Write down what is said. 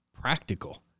practical